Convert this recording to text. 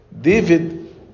David